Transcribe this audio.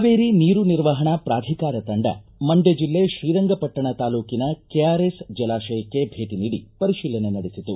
ಕಾವೇರಿ ನೀರು ನಿರ್ವಹಣಾ ಪ್ರಾಧಿಕಾರ ತಂಡ ಮಂಡ್ಯ ಜಿಲ್ಲೆ ಶ್ರೀರಂಗಪಟ್ಟಣ ತಾಲೂಕಿನ ಕೆಆರ್ಎಸ್ ಜಲಾಶಯಕ್ಕೆ ಭೇಟಿ ನೀಡಿ ಪರಿಶೀಲನೆ ನಡೆಸಿತು